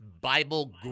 Bible